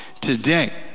today